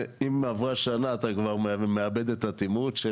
שאם עברה שנה אתה כבר מאבד את התמרוץ.